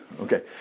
Okay